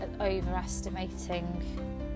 overestimating